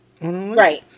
Right